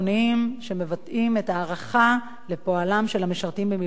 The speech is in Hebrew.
שמבטאים את ההערכה לפועלם של המשרתים במילואים והתורמים לחברה.